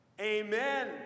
Amen